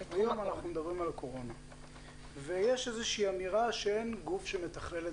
יש איזושהי אמירה שאין גוף שמתכלל את